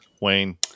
Wayne